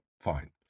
Fine